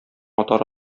атар